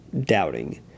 doubting